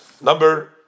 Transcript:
Number